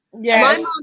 Yes